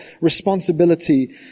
responsibility